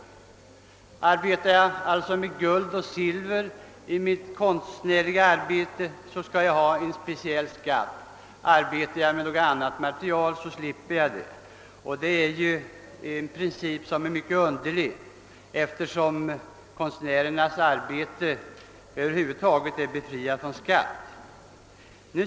Om de i sin konstnärliga verksamhet arbetar med guld och silver skall en speciell skatt utgå. Om de arbetar med annat material utgår ingen skatt. Detta är en princip som är mycket underlig, eftersom konstnärernas arbete över huvud taget är befriat från skait.